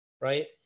right